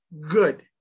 good